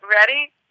Ready